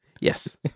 Yes